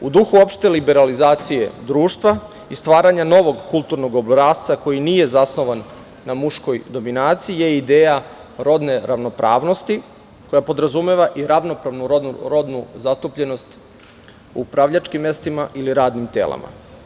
U duhu opšte liberalizacije društva i stvaranja novog kulturnog obrasca koji nije zasnovan na muškoj dominaciji je ideja rodne ravnopravnosti koja podrazumeva i ravnopravnu rodnu zastupljenost u upravljačkim mestima ili radnim telima.